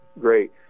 great